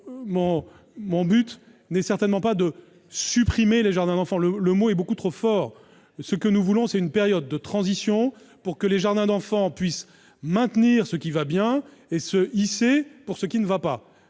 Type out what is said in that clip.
mon but n'est certainement pas de « supprimer » les jardins d'enfants. Ce mot est beaucoup trop fort. Nous voulons une période de transition pour que les jardins d'enfants puissent maintenir ce qui va bien et s'améliorer sur ce qui ne va pas.